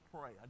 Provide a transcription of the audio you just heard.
pray